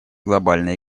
глобальной